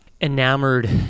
enamored